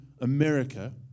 America